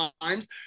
times